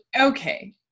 Okay